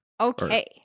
Okay